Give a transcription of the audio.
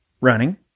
running